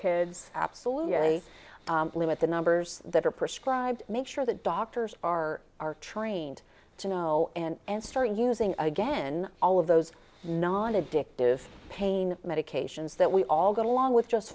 kids absolutely at the numbers that are prescribed make sure that doctors are are trained to know and start using again all of those non addictive pain medications that we all get along with just